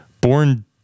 Born